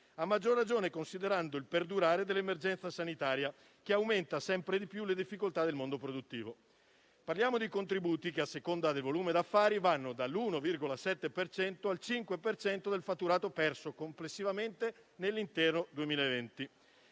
a maggior ragione considerando il perdurare dell'emergenza sanitaria che aumenta sempre di più le difficoltà del mondo produttivo. Parliamo di contributi che, a seconda del volume d'affari, vanno dall'1,7 al 5 per cento del fatturato perso complessivamente nell'intero 2020.